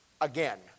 again